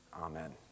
Amen